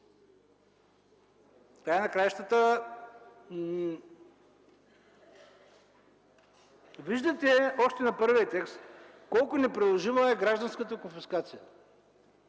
Виждате, още на първия текст, колко неприложима е гражданската конфискация.